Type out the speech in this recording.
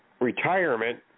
retirement